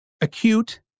Acute